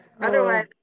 otherwise